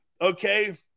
Okay